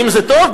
האם זה טוב?